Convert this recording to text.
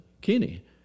Kenny